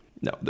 No